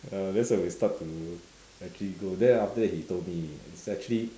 uh that 's when we start to actually go then after that he told me it's actually